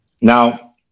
Now